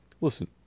listen